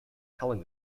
telling